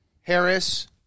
Harris